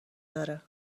داره